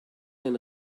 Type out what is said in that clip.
den